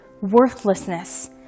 worthlessness